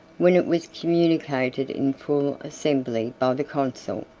when it was communicated in full assembly by the consul,